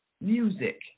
Music